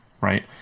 right